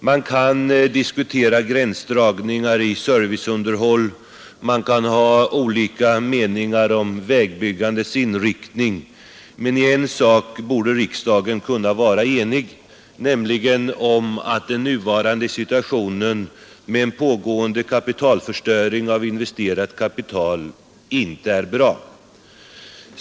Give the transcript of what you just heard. Man kan diskutera gränsdragningar i serviceunderhåll och man kan ha olika meningar om vägbyggandets inriktning, men i en sak borde riksdagen kunna vara enig, nämligen att den nuvarande situationen med en pågående kapitalförstöring av investerat kapital inte är bra.